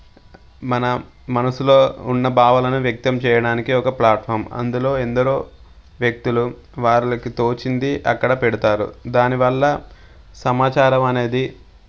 మన మనసులో ఉన్న భావాలనే వ్యక్తం చేయడానికి ఒక ప్లాట్ఫార్మ్ అందులో ఎందరో వ్యక్తులు వాళ్ళకి తోచింది అక్కడ పెడతారు దానివల్ల సమాచారం అనేది